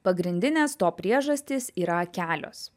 pagrindinės to priežastys yra kelios